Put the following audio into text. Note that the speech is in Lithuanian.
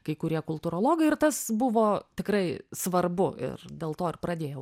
kai kurie kultūrologai ir tas buvo tikrai svarbu ir dėl to ir pradėjau